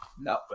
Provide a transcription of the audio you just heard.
No